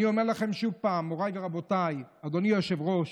אני אומר לכם שוב, מוריי רבותיי, אדוני היושב-ראש,